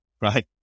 right